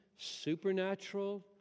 Supernatural